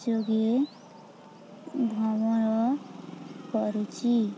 ଯୋଗେ ଭ୍ରମଣ କରୁଛି